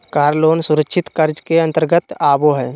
कार loan सुरक्षित कर्ज के अंतर्गत आबो हय